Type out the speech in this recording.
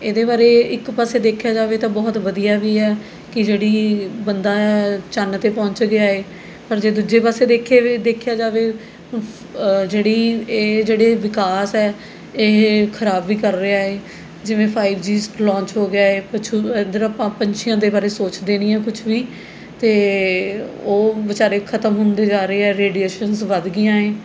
ਇਹਦੇ ਬਾਰੇ ਇੱਕ ਪਾਸੇ ਦੇਖਿਆ ਜਾਵੇ ਤਾਂ ਬਹੁਤ ਵਧੀਆ ਵੀ ਹੈ ਕਿ ਜਿਹੜੀ ਬੰਦਾ ਹੈ ਚੰਨ 'ਤੇ ਪਹੁੰਚ ਗਿਆ ਏ ਪਰ ਜੇ ਦੂਜੇ ਪਾਸੇ ਦੇਖੇ ਦੇਖਿਆ ਜਾਵੇ ਇਹ ਜਿਹੜੀ ਇਹ ਜਿਹੜੇ ਵਿਕਾਸ ਹੈ ਇਹ ਖ਼ਰਾਬ ਵੀ ਕਰ ਰਿਹਾ ਏ ਜਿਵੇਂ ਫਾਈਵ ਜੀ ਸ ਲੌਂਚ ਹੋ ਗਿਆ ਹੈ ਕੁਛ ਇੱਧਰ ਆਪਾਂ ਪੰਛੀਆਂ ਦੇ ਬਾਰੇ ਸੋਚਦੇ ਨਹੀਂ ਹਾਂ ਕੁਛ ਵੀ ਅਤੇ ਉਹ ਵਿਚਾਰੇ ਖ਼ਤਮ ਹੁੰਦੇ ਜਾ ਰਹੇ ਹੈ ਰੇਡੀਏਸ਼ਨਜ਼ ਵੱਧ ਗਈਆਂ ਏ